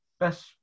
best